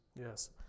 Yes